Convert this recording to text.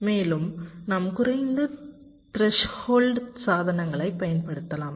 மேலும் நாம் குறைந்த த்ரெஸ்ஹோல்டு சாதனங்களைப் பயன்படுத்தலாம்